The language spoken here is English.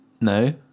No